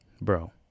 bro